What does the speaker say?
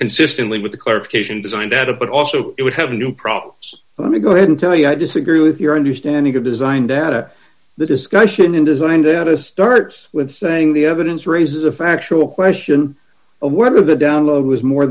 consistently with the clarification designed out of but also it would have a new problems let me go ahead and tell you i disagree with your understanding of design data the discussion in design data starts with saying the evidence raises a factual question of whether the download was more